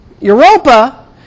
Europa